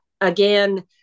again